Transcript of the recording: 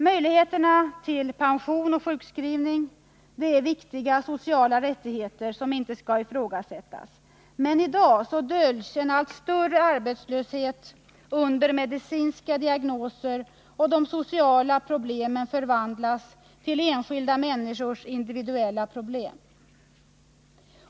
Möjligheterna till pension och sjukskrivning är viktiga sociala rättigheter som inte skall ifrågasättas. Men i dag döljs en allt större arbetslöshet under medicinska diagnoser, och de sociala problemen förvandlas till enskilda människors individuella problem.